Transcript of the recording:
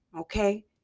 Okay